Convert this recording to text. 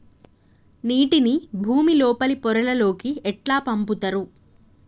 నీటిని భుమి లోపలి పొరలలోకి ఎట్లా పంపుతరు?